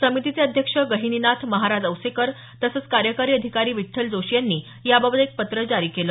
समितीचे अध्यक्ष गहिनीनाथ महाराज औसेकर तसंच कार्यकारी अधिकारी विठ्ठल जोशी यांनी याबाबत एक पत्र जारी केलं